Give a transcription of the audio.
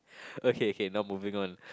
okay K now moving on